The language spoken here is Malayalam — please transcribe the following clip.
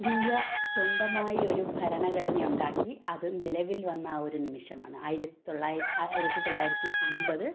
ഇന്ത്യ സ്വന്തമായി ഒരു ഭരണഘടന ഉണ്ടാക്കി അത് നിലവില് വന്ന ആ ഒരു നിമിഷമാണ് ആയിരത്തി തൊള്ളായിരത്തി ആയിരത്തി തൊള്ളായിരത്തി അൻപത്